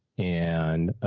and ah,